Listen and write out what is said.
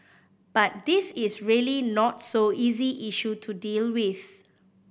but this is really not so easy issue to deal with